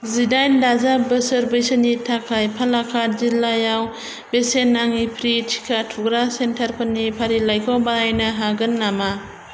जिडाइन दाजाब बोसोर बैसोनि थाखाय पालाकाड जिल्लायाव बेसेन नाङि फ्रि टिका थुग्रा सेन्टारफोरनि फारिलाइखौ बानायनो हागोन नामा